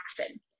action